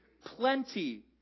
plenty